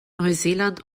neuseeland